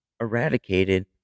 eradicated